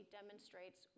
demonstrates